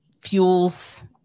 fuels